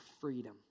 freedom